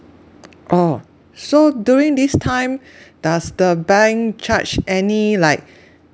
oh so during this time does the bank charge any like